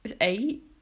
eight